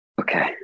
Okay